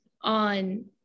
on